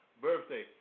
birthday